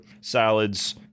salads